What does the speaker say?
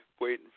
waiting